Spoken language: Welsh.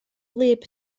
wlyb